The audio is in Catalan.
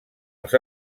els